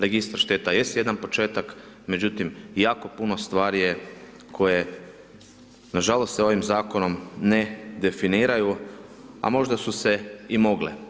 Registar šteta jest jedan početak, međutim jako puno stvari je, koje nažalost se ovim zakonom ne definiraju, a možda su se i mogle.